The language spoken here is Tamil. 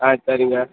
ஆ சரிங்க